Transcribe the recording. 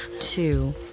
two